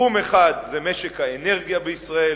תחום אחד זה משק האנרגיה בישראל,